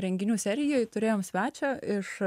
renginių serijoj turėjome svečią iš